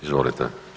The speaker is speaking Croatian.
Izvolite.